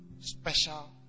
special